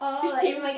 which team